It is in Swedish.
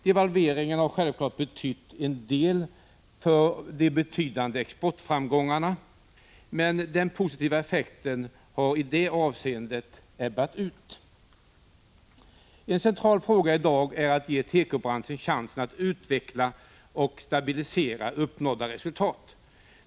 Devalveringen har självfallet betytt en del för de betydande exportframgångarna, men den positiva effekten har i detta avseende ebbat ut. En central fråga i dag är att man ger tekobranschen chansen att utveckla och stabilisera uppnådda resultat.